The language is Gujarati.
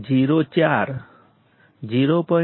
045 કરતા ઓછું છે 0